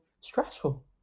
stressful